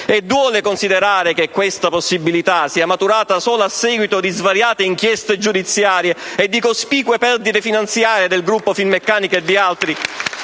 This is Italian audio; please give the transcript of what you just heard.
Duole considerare che questa possibilità sia maturata solo a seguito di svariate inchieste giudiziarie e di cospicue perdite finanziare del gruppo Finmeccanica e di altri